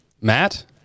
Matt